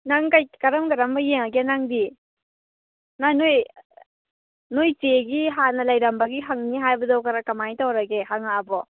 ꯅꯪ ꯀꯩ ꯀꯔꯝ ꯀꯔꯝꯕ ꯌꯦꯡꯉꯒꯦ ꯅꯪꯗꯤ ꯅꯣꯏ ꯅꯣꯏꯆꯦꯒꯤ ꯍꯥꯟꯅ ꯂꯩꯔꯝꯕꯒꯤ ꯍꯪꯅꯤ ꯍꯥꯏꯕꯗꯣ ꯀꯃꯥꯏ ꯇꯧꯔꯒꯦ ꯍꯪꯉꯛꯑꯕꯣ